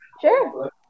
Sure